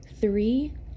three